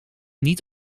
niet